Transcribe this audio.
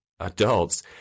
adults